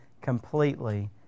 completely